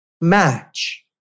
match